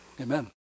amen